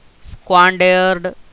squandered